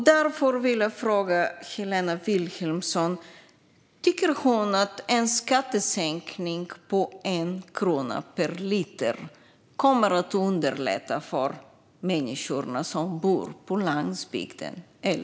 Därför vill jag fråga Helena Vilhelmsson: Tror du att en skattesänkning på 1 krona per liter kommer att underlätta för de människor som bor på landsbygden eller inte?